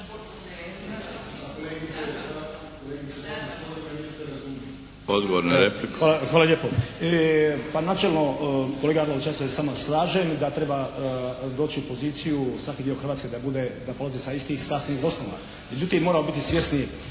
Odgovor na repliku.